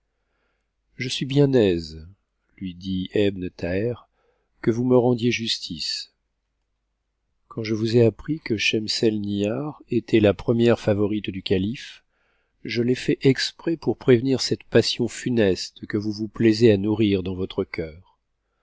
je suis bien aise lui dit ebn thaher que vous me rendiez justice quand je vous ai appris que schemsetnihar était la première iavorite du ca i je l'ai fait exprès pour prévenir cette passion funeste que vous vous plaisez a nourrir dans votre cœur